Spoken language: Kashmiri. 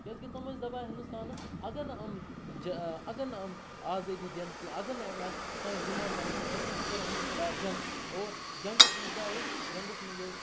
کیٛازِکہِ تم ٲسۍ دَپان ہِندوستانَس اگر نہٕ یِم اگر نہٕ یِم آزٲدی دِنۍ کینٛہہ اگر نہٕ یِم اَسہِ سٲنۍ ڈِمانٛڈ کَران پوٗرٕ أسۍ ہَسا کَرو یِمَن خلاف جنٛگ اور جنٛگَس منٛز کیٛاہ ٲسۍ جنٛگَس منٛز ٲس